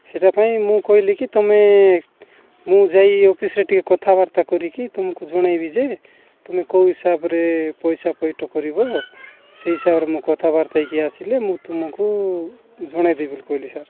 ସେଇଟା ପାଇଁ ମୁଁ କହିଲି କି ତମେ ମୁଁ ଯାଇ ଅଫିସ୍ରେ ଟିକିଏ କଥାବାର୍ତ୍ତା କରିକି ତୁମକୁ ଜଣାଇବି ଯେ ତୁମେ କେଉଁ ହିସାବରେ ପଇସା ପଇଠ କରିବ ସେହି ହିସାବରେ ମୁଁ କଥାବାର୍ତ୍ତା ହୋଇକି ଆସିଲେ ମୁଁ ତୁମକୁ ଜଣାଇବି ବୋଲି କହିଲି ସାର୍